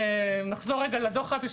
נחזור לדוח.